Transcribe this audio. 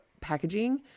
packaging